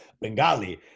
bengali